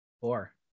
four